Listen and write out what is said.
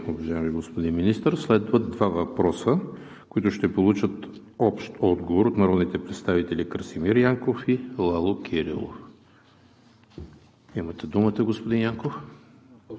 уважаеми господин Министър. Следват два въпроса, които ще получат общ отговор от народните представители Красимир Янков и Лало Кирилов. Имате думата, господин Янков.